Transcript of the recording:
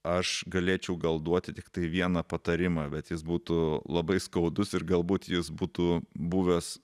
aš galėčiau gal duoti tiktai vieną patarimą bet jis būtų labai skaudus ir galbūt jis būtų buvęs